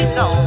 no